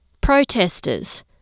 protesters